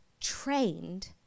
trained